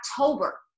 October